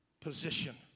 position